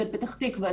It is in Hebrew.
לפתח תקווה,